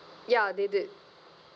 ya they did